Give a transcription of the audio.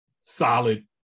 solid